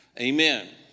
Amen